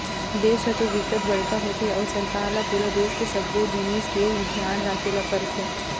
देस ह तो बिकट बड़का होथे अउ सरकार ल पूरा देस के सब्बो जिनिस के धियान राखे ल परथे